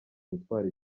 gutwara